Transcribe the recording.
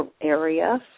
area